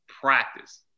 practice